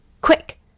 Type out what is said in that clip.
quick